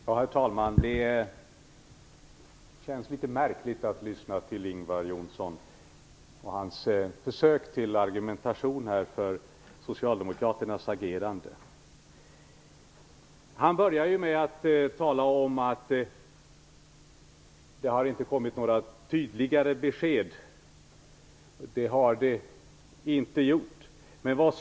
Herr talman! Det känns litet märkligt att lyssna till Ingvar Johnsson och hans försök till argumentation för Socialdemokraternas agerande. Han börjar med att tala om att det inte har kommit några tydligare besked. Det har det inte gjort.